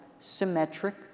Symmetric